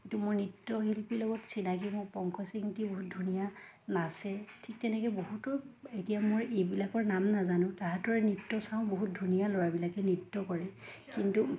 কিন্তু মোৰ নৃত্যশিল্পীৰ লগত চিনাকি মোৰ পংকজ ইংতি বহুত ধুনীয়া নাচে ঠিক তেনেকৈ বহুতো এতিয়া মোৰ এইবিলাকৰ নাম নাজানো তাহাঁতৰ নৃত্য চাওঁ বহুত ধুনীয়া ল'ৰাবিলাকে নৃত্য কৰে কিন্তু